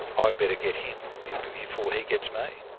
ah better get him before he gets me'.